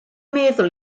meddwl